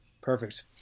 Perfect